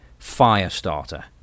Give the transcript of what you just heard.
Firestarter